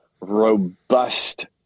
robust